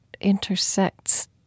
intersects